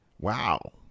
Wow